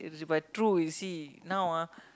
by truth you see now ah